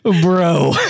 bro